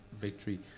victory